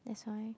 that's why